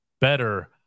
better